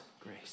grace